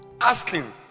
asking